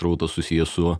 srautas susijęs su